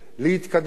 להתקדם קדימה,